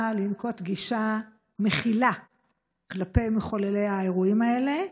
לנקוט גישה מכילה כלפי מחוללי האירועים האלה.